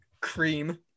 cream